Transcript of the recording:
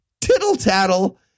tittle-tattle